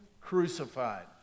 crucified